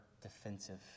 defensive